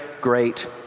great